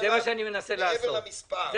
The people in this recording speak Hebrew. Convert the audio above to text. מעבר למספר?